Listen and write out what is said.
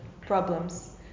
problems